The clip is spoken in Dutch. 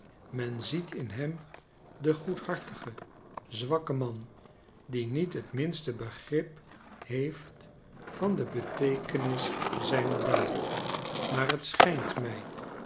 men ziet in hem den goedhartigen zwakken man die niet het minste begrip heeft van de beteekenis zijner daad maar het schijnt mij